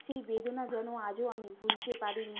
সেই বেদনা যেন আজও আমি ভুলতে পারিনি